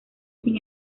sin